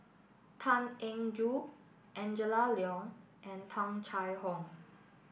Tan Eng Joo Angela Liong and Tung Chye Hong